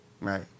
right